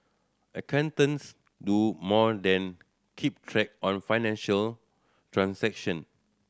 accountants do more than keep track on financial transaction